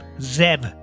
Zeb